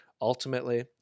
ultimately